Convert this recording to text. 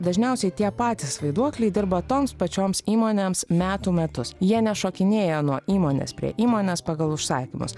dažniausiai tie patys vaiduokliai dirba toms pačioms įmonėms metų metus jie nešokinėja nuo įmonės prie įmonės pagal užsakymus